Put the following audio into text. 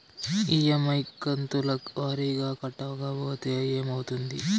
EMI కంతుల వారీగా కట్టకపోతే ఏమవుతుంది?